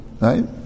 right